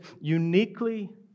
uniquely